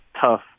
tough